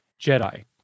Jedi